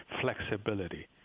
flexibility